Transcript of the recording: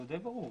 זה ברור.